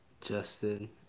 justin